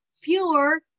fewer